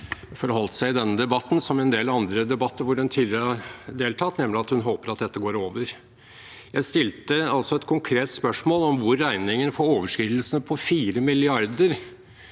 forholdt seg i denne debatten som i en del andre debatter hvor hun tidligere har deltatt, nemlig at hun håper det går over. Jeg stilte et konkret spørsmål om hvor regningen for overskridelsene på 4 mrd.